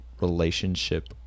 relationship